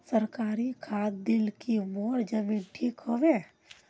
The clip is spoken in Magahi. सरकारी खाद दिल की मोर जमीन ठीक होबे?